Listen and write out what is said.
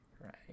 Right